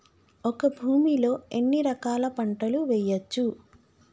ఒక భూమి లో ఎన్ని రకాల పంటలు వేయచ్చు?